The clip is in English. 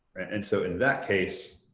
and so in that case,